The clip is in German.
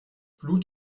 blut